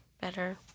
better